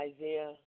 Isaiah